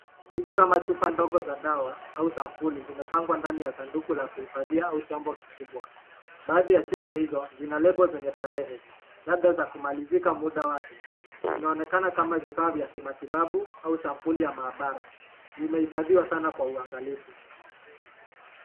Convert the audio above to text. Vitu kama chupo ndogo za dawa au sampuli zimepangwa ndani ya sanduku la kudifhadia au chombo kikubwa baadhi ya chupa hizo zina label zenye tarehe labda za kumalizika muda wake zinaonekana kama vifaa vya kimatibabu au sampuli maabara zimehifadhiwa sana kwa uangalifu.